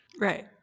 Right